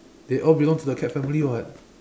they all belong to the cat family [what]